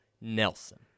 Nelson